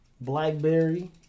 BlackBerry